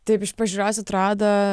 taip iš pažiūros atrado